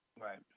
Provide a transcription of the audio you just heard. Right